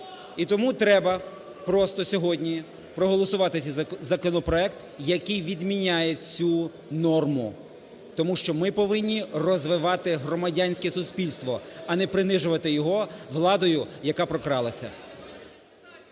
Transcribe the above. І тому треба просто сьогодні проголосувати цей законопроект, який відміняє цю норму, тому що ми повинні розвивати громадянське суспільство, а не принижувати його владою, яка прокралася.